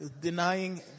denying